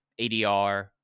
ADR